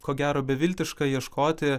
ko gero beviltiška ieškoti